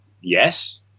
Yes